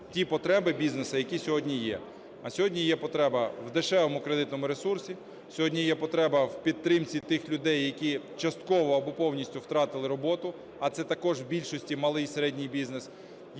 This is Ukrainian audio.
ті потреби бізнесу, які сьогодні є. А сьогодні є потреба в дешевому кредитному ресурсі, сьогодні є потреба в підтримці тих людей, які частково або повністю втратили роботу, а це також в більшості малий і середній бізнес,